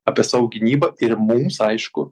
apie savo gynybą ir mums aišku